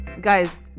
Guys